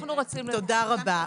תודה רבה.